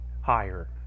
higher